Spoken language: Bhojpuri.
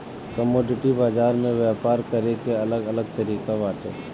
कमोडिटी बाजार में व्यापार करे के अलग अलग तरिका बाटे